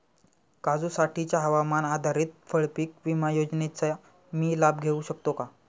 काजूसाठीच्या हवामान आधारित फळपीक विमा योजनेचा मी लाभ घेऊ शकतो का?